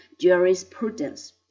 jurisprudence